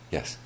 Yes